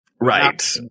right